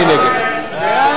מי נגד?